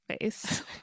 face